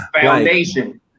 foundation